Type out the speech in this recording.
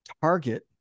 target